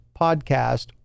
podcast